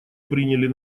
приняли